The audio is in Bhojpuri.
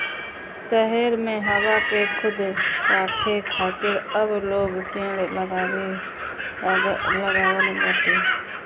शहर में हवा के शुद्ध राखे खातिर अब लोग पेड़ लगावे लागल बाटे